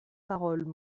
parole